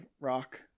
rock